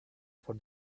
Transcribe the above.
for